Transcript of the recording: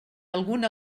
alguna